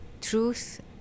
truth